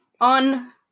On